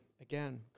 again